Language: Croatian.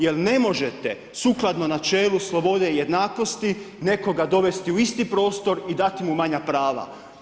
Jer ne možete sukladno načelu slobode i jednakosti nekoga dovesti u isti prostor i dati mu manja prava.